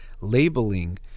labeling